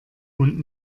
und